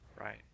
right